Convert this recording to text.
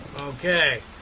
Okay